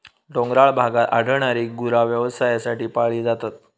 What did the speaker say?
डोंगराळ भागात आढळणारी गुरा व्यवसायासाठी पाळली जातात